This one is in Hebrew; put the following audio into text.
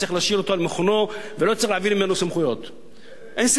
וצריך להשאיר אותו על מכונו ולא צריך להעביר ממנו סמכויות.